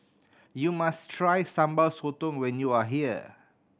you must try Sambal Sotong when you are here